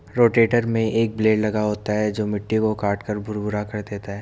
rotator में एक blade लगा होता है जो मिट्टी को काटकर भुरभुरा कर देता है